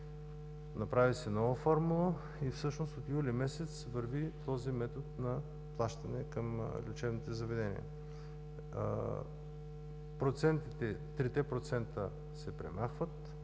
Направи се нова формула и всъщност от месец юли върви този метод на плащане към лечебните заведения. Трите процента се премахват